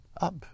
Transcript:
up